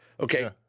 Okay